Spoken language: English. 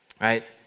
Right